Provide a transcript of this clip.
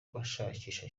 bashakisha